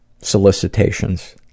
solicitations